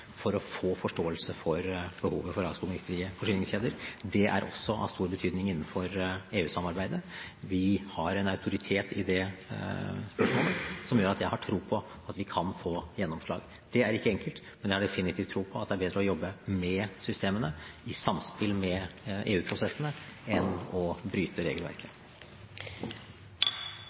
for å få forståelse for behovet for avskogingsfrie forsyningskjeder. Det er også av stor betydning innenfor EU-samarbeidet. Vi har autoritet i det spørsmålet, som gjør at jeg har tro på at vi kan få gjennomslag. Det er ikke enkelt, men jeg har definitivt tro på at det er bedre å jobbe med systemene, i samspill med EU-prosessene, enn å bryte regelverket.